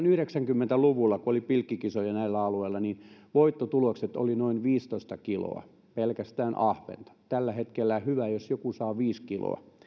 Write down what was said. yhdeksänkymmentä luvulla kun oli pilkkikisoja näillä alueilla niin voittotulokset olivat noin viisitoista kiloa pelkästään ahventa tällä hetkellä hyvä jos joku saa viisi kiloa